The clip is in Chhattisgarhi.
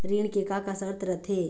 ऋण के का का शर्त रथे?